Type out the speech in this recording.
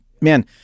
Man